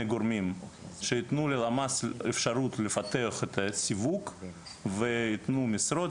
גורמים שיתנו ללמ"ס אפשרות לפתח את הסיווג וייתנו משרות,